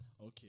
Okay